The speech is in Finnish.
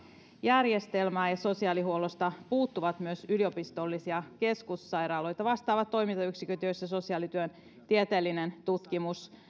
järjestelmää ja sosiaalihuollosta puuttuvat myös yliopistollisia keskussairaaloita vastaavat toimintayksiköt joissa sosiaalityön tieteellinen tutkimus